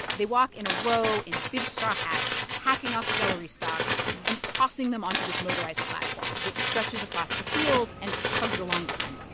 they walk in a row in big straw hats hacking off celery stocks and tossing them onto this motorized platform, which stretches across the field and chugs along behind